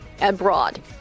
abroad